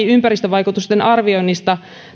ympäristövaikutusten arvioinnista